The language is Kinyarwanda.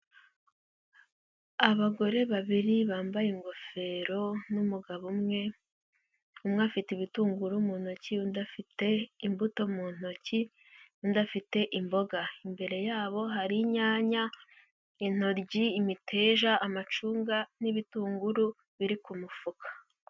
Abagore babiri bambaye ingofero n'umugabo umwe, umwe afite ibitunguru mu ntoki, undi afite imbuto mu ntoki, undi afite imboga. Imbere yabo hari inyanya, intoryi, imiteja, amacunga n'ibitunguru biri ku mufuka.